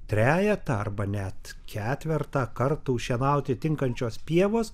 trejetą arba net ketvertą kartų šienauti tinkančios pievos